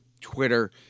Twitter